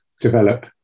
develop